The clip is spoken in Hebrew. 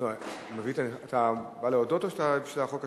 אתה בא להודות, או בשביל החוק השני?